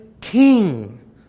king